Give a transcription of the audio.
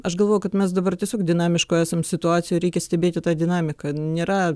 aš galvoju kad mes dabar tiesiog dinamiškoj esam situacijoj reikia stebėti tą dinamiką nėra